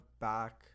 back